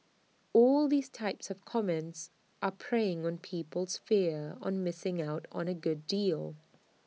all these type of comments are preying on people's fear on missing out on A good deal